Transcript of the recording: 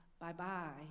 bye-bye